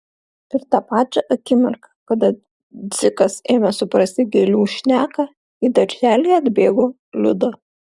ir tą pačią akimirką kada dzikas ėmė suprasti gėlių šneką į darželį atbėgo liuda